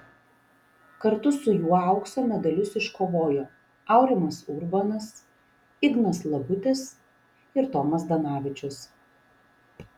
kartu su juo aukso medalius iškovojo aurimas urbonas ignas labutis ir tomas zdanavičius